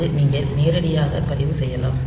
அல்லது நீங்கள் நேரடியாக பதிவு செய்யலாம்